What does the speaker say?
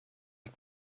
hat